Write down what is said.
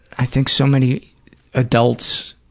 i think so many adults